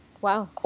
Wow